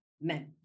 men